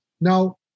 Now